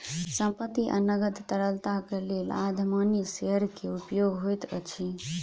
संपत्ति आ नकद तरलताक लेल अधिमानी शेयर के उपयोग होइत अछि